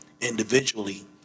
individually